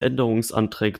änderungsanträge